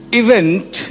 event